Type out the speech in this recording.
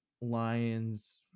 Lions